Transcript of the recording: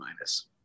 minus